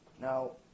Now